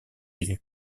этих